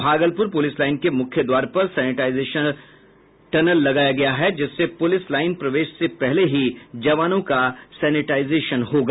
Bhagalpur police line के मुख्य द्वार पर सैनेटाईजर टनल लगाया गया है जिससे पुलिस लाईन प्रवेश से पहले ही जवानों का सैनिटाईजेशन होगा